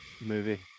movie